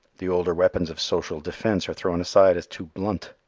the older weapons of social defense are thrown aside as too blunt.